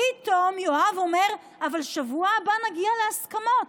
פתאום יואב אומר: אבל בשבוע הבא נגיע להסכמות.